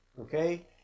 Okay